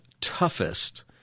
toughest